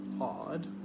odd